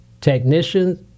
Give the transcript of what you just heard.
technicians